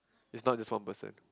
it's not just one person